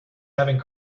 having